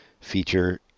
feature